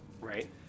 Right